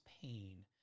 pain